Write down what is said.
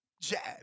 jab